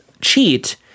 Cheat